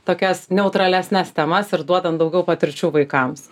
tokias neutralesnes temas ir duodant daugiau patirčių vaikams